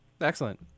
excellent